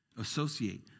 Associate